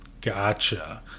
Gotcha